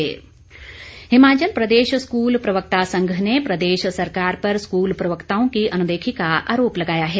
प्रवक्ता हिमाचल प्रदेश स्कूल प्रवक्ता संघ ने प्रदेश सरकार पर स्कूल प्रवक्ताओं की अनदेखी का आरोप लगाया है